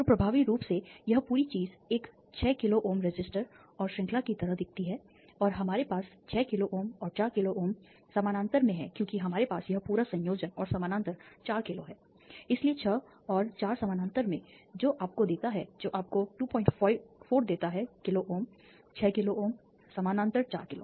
तो प्रभावी रूप से यह पूरी चीज एक 6 किलोΩ रेसिस्टर और श्रृंखला की तरह दिखती है और हमारे पास छह किलोΩ और चार किलोΩ समानांतर में हैं क्योंकि हमारे पास यह पूरा संयोजन और समानांतर चार किलो है इसलिए छह और चार समानांतर में जो आपको देता है जो आपको 24 देता है किलोΩ 6 किलोΩ समानांतर 4 किलो